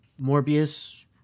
Morbius